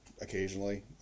Occasionally